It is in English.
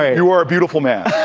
ah you are a beautiful man